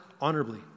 honorably